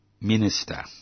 minister